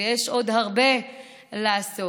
ויש עוד הרבה לעשות.